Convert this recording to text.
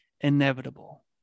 inevitable